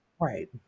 Right